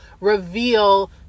reveal